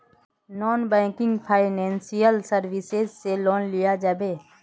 Non banking financial services से loan लिया जाबे?